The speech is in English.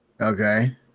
Okay